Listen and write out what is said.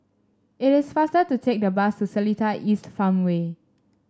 it is faster to take the bus to Seletar East Farmway